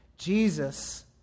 Jesus